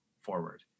forward